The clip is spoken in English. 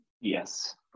Yes